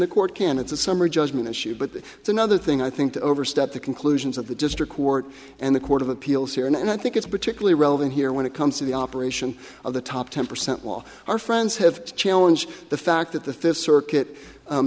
the court can it's a summary judgment issue but it's another thing i think to overstep the conclusions of the district court and the court of appeals here and i think it's particularly relevant here when it comes to the operation of the top ten percent law our friends have to challenge the fact that the fifth circuit